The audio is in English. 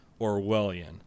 Orwellian